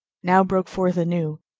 now broke forth anew,